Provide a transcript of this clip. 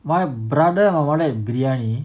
why brother are what a biryani